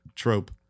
trope